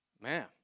man